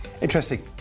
Interesting